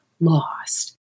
lost